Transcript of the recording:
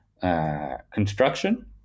construction